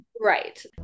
Right